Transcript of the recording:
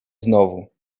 znowu